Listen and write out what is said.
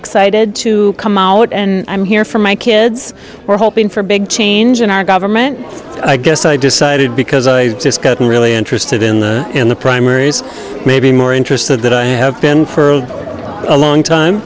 excited to come out and i'm here for my kids we're hoping for a big change in our government i guess i decided because i just got really interested in the in the primaries maybe more interested that i have been for a long time